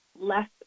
less